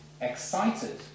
excited